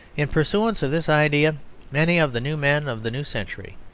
in pursuance of this idea many of the new men of the new century,